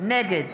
נגד